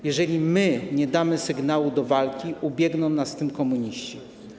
Jeżeli my nie damy sygnału do walki, ubiegną nas w tym komuniści.